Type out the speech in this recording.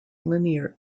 linear